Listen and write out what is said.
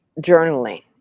journaling